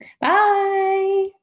Bye